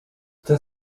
ten